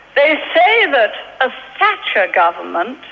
they say that a thatcher government,